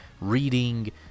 reading